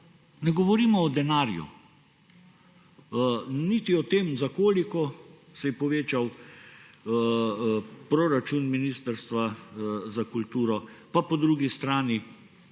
Ne govorimo o denarju niti o tem, za koliko se je povečal proračun Ministrstva za kulturo, pa po drugi strani,